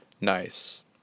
nice